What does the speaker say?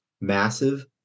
massive